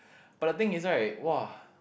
but the thing is right !wah!